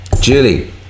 Julie